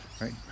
right